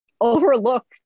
overlook